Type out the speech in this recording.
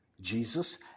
Jesus